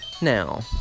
Now